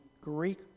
Greek